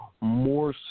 more